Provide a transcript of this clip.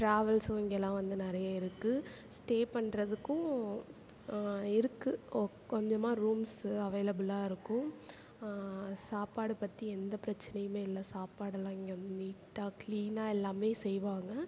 ட்ராவல்ஸும் இங்கெல்லாம் வந்து நிறைய இருக்குது ஸ்டே பண்ணுறதுக்கும் இருக்குது கொ கொஞ்சமாக ரூம்ஸ் அவைலபிளாக இருக்கும் சாப்பாடை பற்றி எந்த பிரச்சனையுமேல்லை சாப்பாடெல்லாம் இங்கே வந்து நீட்டாக க்ளீனாக எல்லாமே செய்வாங்கள்